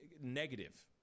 negative